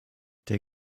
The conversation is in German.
der